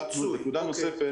נקודה נוספת,